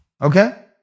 Okay